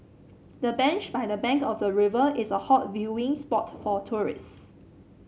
the bench by the bank of the river is a hot viewing spot for tourist